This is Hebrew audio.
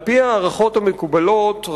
על-פי ההערכות המקובלות,